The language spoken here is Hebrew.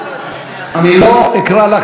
אני לא אקרא אותך עוד פעם.